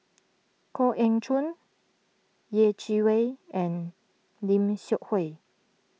Koh Eng Chun Yeh Chi Wei and Lim Seok Hui